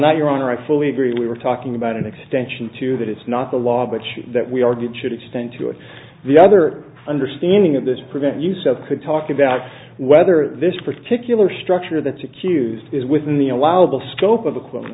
that your honor i fully agree we were talking about an extension to that it's not the law but you that we argued should extend to and the other understanding of this present you still could talk about whether this particular structure that's accused is within the allowed the scope of